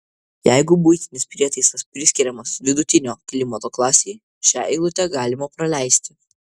jeigu buitinis prietaisas priskiriamas vidutinio klimato klasei šią eilutę galima praleisti